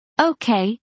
Okay